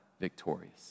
victorious